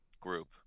group